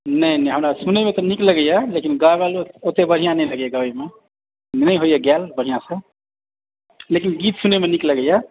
नहि नहि हमरा सुनैमे तऽ नीक लगैए लेकिन गाबैल ओतेक बढ़िआँ नहि लगैए गाबैमे नहि होइए गायल बढ़िआँसँ लेकिन गीत सुनैमे नीक लगैए